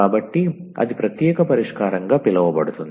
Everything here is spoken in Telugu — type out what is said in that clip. కాబట్టి అది ప్రత్యేక పరిష్కారంగా పిలువబడుతుంది